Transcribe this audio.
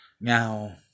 Now